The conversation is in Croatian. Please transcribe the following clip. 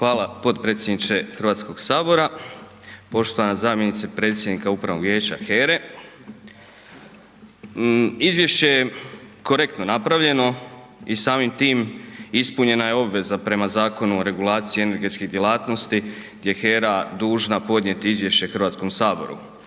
Hvala potpredsjedniče Hrvatskog sabora, poštovana zamjenice predsjednika Upravnog vijeće HERA-e. Izvješće je korektno napravljeno i samim time ispunjena je obveza prema zakonu o regulaciji energetske djelatnosti, gdje je HERA dužna podnijeti izvješće Hrvatskom saboru.